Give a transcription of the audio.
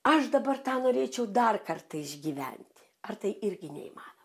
aš dabar tą norėčiau dar kartą išgyvent ar tai irgi neįmanoma